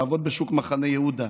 לעבוד בשוק מחנה יהודה,